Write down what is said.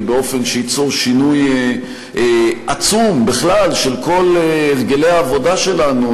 ובאופן שייצור שינוי עצום בכלל של כל הרגלי העבודה שלנו,